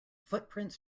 footprints